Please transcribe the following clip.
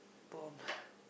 bomb